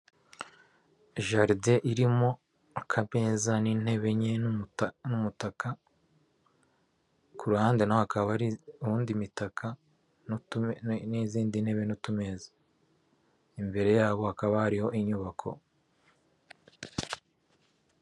Jardin irimo akameza n'intebe enye n'umutaka, ku ruhande naho hakaba hari uwundi mitaka n'izindi ntebe, n'utumeza. Imbere yaho hakaba hariho inyubako.